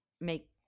make